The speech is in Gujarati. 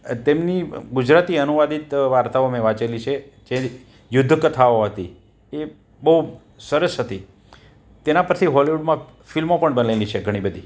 તેમની ગુજરાતી અનુવાદિત વાર્તાઓ મેં વાંચેલી છે યુદ્ધકથાઓ હતી એ બોઉ સરસ હતી તેના પરથી હોલિવુડમાં ફિલ્મો પણ બનેલી છે ઘણી બધી